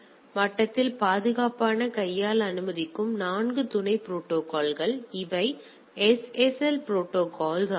L மட்டத்தில் பாதுகாப்பைக் கையாள அனுமதிக்கும் 4 துணை ப்ரோடோகால்கள் எனவே 4 எஸ்எஸ்எல் ப்ரோடோகால்கள்